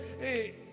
hey